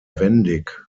wendig